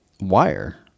wire